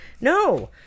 No